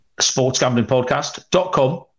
sportsgamblingpodcast.com